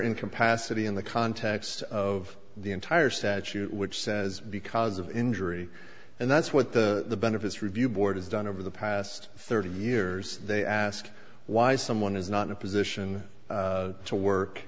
incapacity in the context of the entire statute which says because of injury and that's what the benefits review board has done over the past thirty years they ask why someone is not in a position to work